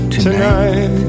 tonight